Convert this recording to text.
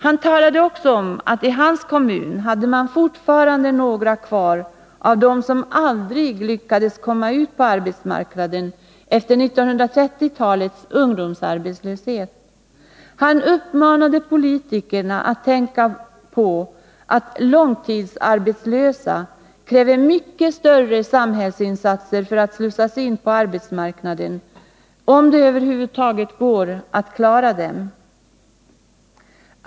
Han talade också om att i hans kommun hade man fortfarande några kvar av dem som aldrig lyckades komma ut på arbetsmarknaden efter 1930-talets ungdomsarbetslöshet. Han uppmanade politikerna att tänka på att långtidsarbetslösa kräver mycket större samhällsinsatser för att kunna slussas in på arbetsmarknaden, om det över huvud taget går att klara dem.